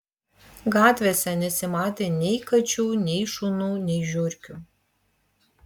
gatvėse nesimatė nei kačių nei šunų nei žiurkių